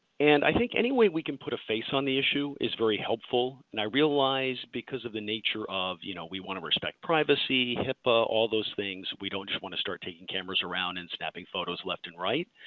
and i think any way we can put a face on the issue is very helpful. and i realize because of the nature of, you know, we want to respect privacy, hippa, all those things, we don't want to start taking cameras around and snapping photos left and right.